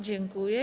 Dziękuję.